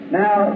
now